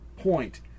point